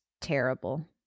terrible